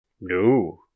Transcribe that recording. No